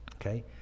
okay